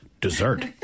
dessert